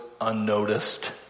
unnoticed